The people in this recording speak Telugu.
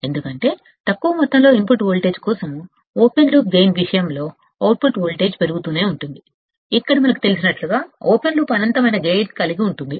ఎందుకంటే తక్కువ మొత్తంలో ఇన్పుట్ వోల్టేజ్ కోసం ఓపెన్ లూప్ గైన్ విషయం లో అవుట్పుట్ వోల్టేజ్ పెరుగుతూనే ఉంటుంది ఇక్కడ మనకు తెలిసినట్లుగా ఓపెన్ లూప్ అనంతమైన గైన్ కలిగి ఉంటుంది